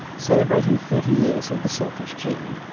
celebrating thirty years of the selfish gene,